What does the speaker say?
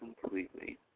completely